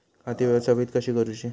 खाती व्यवस्थापित कशी करूची?